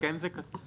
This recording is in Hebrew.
בהסכם זה כתוב.